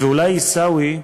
ואולי, עיסאווי,